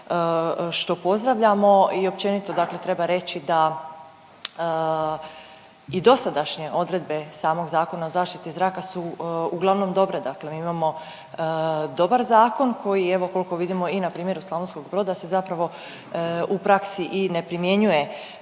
što pozdravljamo i općenito, dakle treba reći da i dosadašnje odredbe samog Zakona o zaštiti zraka su uglavnom dobre. Dakle, mi imamo dobar zakon koji evo koliko vidimo i na primjeru Slavonskog Broda se zapravo u praksi i ne primjenjuje